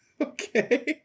okay